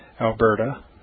Alberta